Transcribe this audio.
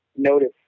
notice